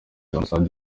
ambasade